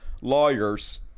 lawyers